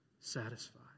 Satisfied